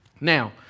Now